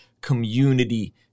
community